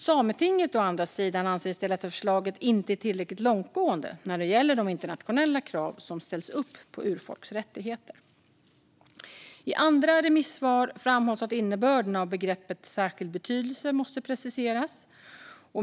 Sametinget å andra sidan anser i stället att förslaget inte är tillräckligt långtgående när det gäller de internationella krav som ställs upp på urfolks rättigheter. I andra remissvar framhålls att innebörden av begreppet "särskild betydelse" måste preciseras.